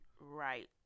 Right